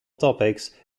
topics